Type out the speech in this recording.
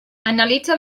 analitza